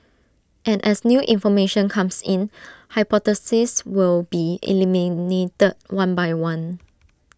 and as new information comes in hypotheses will be eliminated one by one